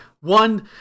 one